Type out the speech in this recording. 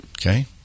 Okay